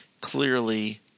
clearly